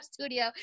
studio